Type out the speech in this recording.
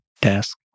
desk